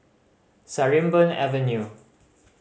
Sarimbun Avenue